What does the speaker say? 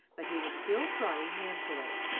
but he was still trotting manfully.